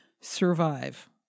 survive